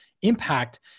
Impact